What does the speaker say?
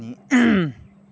अनि